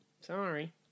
Sorry